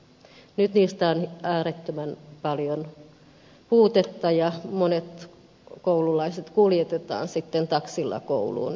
nyt niistä on äärettömän paljon puutetta ja monet koululaiset kuljetetaan taksilla kouluun